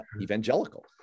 evangelical